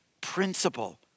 principle